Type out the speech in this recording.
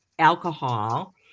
alcohol